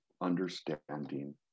understanding